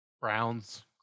browns